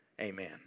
Amen